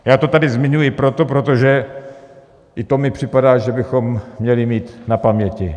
Já to tady zmiňuji proto, protože i to mi připadá, že bychom měli mít na paměti.